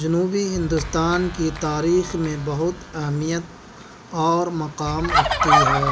جنوبی ہندوستان کی تاریخ میں بہت اہمیت اور مقام رکھتی ہے